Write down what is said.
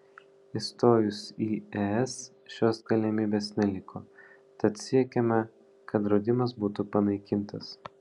įstojus į es šios galimybės neliko tad siekiame kad draudimas būtų panaikintas